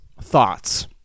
thoughts